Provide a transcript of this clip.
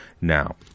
now